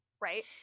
right